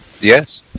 Yes